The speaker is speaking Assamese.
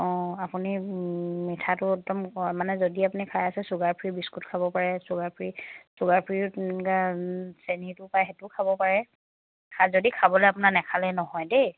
অঁ আপুনি মিঠাটো একদম মানে যদি আপুনি খাই আছে চুগাৰ ফ্ৰী বিস্কুট খাব পাৰে চুগাৰ ফ্ৰী চুগাৰ ফ্ৰী চেনিটো পায় সেইটো খাব পাৰে যদি খাবলৈ আপোনাৰ নাখালে নহয় দেই